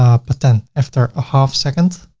ah but then after a half second,